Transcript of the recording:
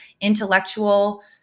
intellectual